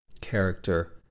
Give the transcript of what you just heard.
character